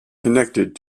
connected